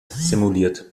simuliert